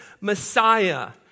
Messiah